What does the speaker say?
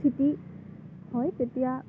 স্থিতি হয় তেতিয়া